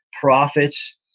prophets